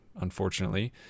unfortunately